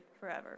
forever